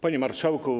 Panie Marszałku!